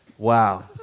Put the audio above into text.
Wow